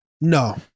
No